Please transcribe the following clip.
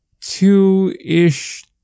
two-ish